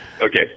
Okay